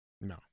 No